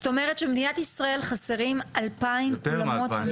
זאת אומרת שבמדינת ישראל חסרים 2,000 אולמות..